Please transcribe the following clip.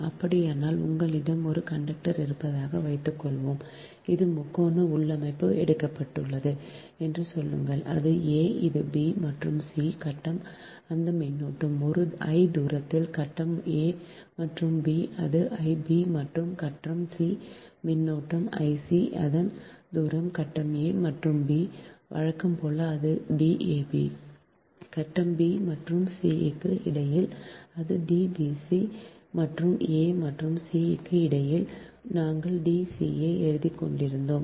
அப்படியானால் உங்களிடம் ஒரு கண்டக்டர் இருப்பதாக வைத்துக்கொள்வோம் இது முக்கோண உள்ளமைவு எடுக்கப்பட்டது என்று சொல்லுங்கள் அது a இது b மற்றும் c கட்டம் அந்த மின்னோட்டம் I தூரத்தில் கட்டம் a மற்றும் b அது I b மற்றும் கட்டம் c மின்னோட்டம் I c அதன் தூரம் கட்டம் a மற்றும் b வழக்கம் போல் அது D ab கட்டம் b மற்றும் c க்கு இடையில் அது d bc மற்றும் a மற்றும் c க்கு இடையில் நாங்கள் D ca எழுதிக்கொண்டிருந்தோம்